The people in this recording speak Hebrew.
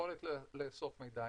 יכולת לאסוף מידע,